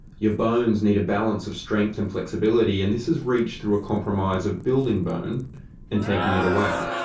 your bones need a balance of strength and flexibility, and this is reached through a compromise of building bone and taking it away.